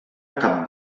cap